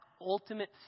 ultimate